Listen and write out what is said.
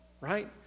right